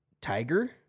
Tiger